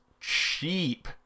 cheap